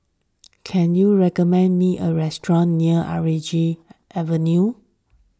can you recommend me a restaurant near Avenue